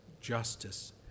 justice